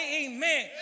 amen